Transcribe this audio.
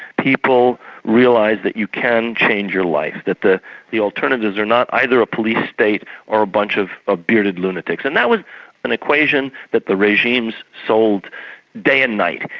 people realise that you can change your life that the the alternatives are not either a police state or a bunch of ah bearded lunatics, and that was an equation that the regimes sold day and night.